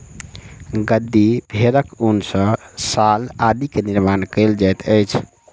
गद्दी भेड़क ऊन सॅ शाल आदि के निर्माण कयल जाइत अछि